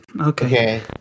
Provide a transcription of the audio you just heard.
Okay